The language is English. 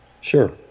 Sure